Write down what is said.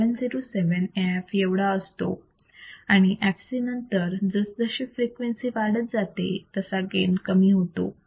707 of AF एवढा असतो आणि fc नंतर जशीजशी फ्रिक्वेन्सी वाढत जाते तसा गेन कमी होतो